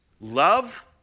love